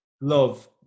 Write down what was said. Love